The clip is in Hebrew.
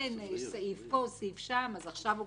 סעיף פה, סעיף שם, עכשיו הוא משפצר.